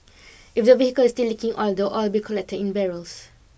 if the vehicle is still leaking oil the oil will be collected in barrels